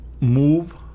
move